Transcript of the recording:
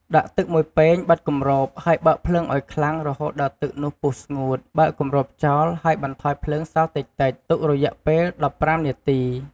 ដាក់ទឹក១ពែងបិទគម្រប ហើយបើកភ្លើងឱ្យខ្លាំងរហូតដល់ទឹកនោះពុះស្ងួត បើកគម្របចោល ហើយបន្ថយភ្លើងសល់តិចៗ ទុកចោលរយៈពេល១៥នាទី។